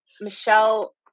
Michelle